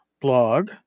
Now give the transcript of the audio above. blog